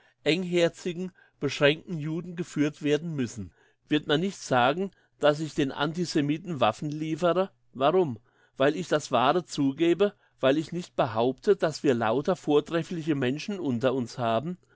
engherzige beschränkte juden geführt werden müssen wird man nicht sagen dass ich den antisemiten waffen liefere warum weil ich das wahre zugebe weil ich nicht behaupte dass wir lauter vortreffliche menschen unter uns haben